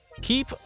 keep